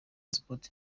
sport